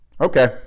Okay